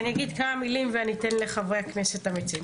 אני אגיד כמה מילים ואני אתן לחברי הכנסת המציעים.